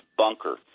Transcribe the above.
bunker